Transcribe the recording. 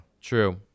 True